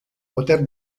poter